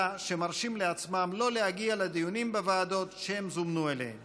שמרשים לעצמם שלא להגיע לדיונים בוועדות שהם זומנו אליהן